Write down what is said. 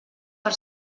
per